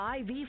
IV